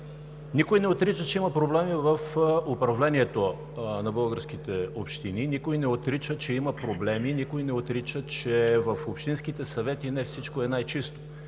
Никой не отрича, че има проблеми в управлението на българските общини, никой не отрича, че има проблеми, никой не отрича, че в общинските съвети не всичко е най-чисто,